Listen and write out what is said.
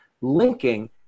linking